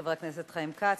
חבר הכנסת חיים כץ.